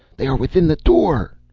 they are within the door!